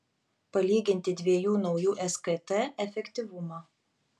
palyginti dviejų naujų skt efektyvumą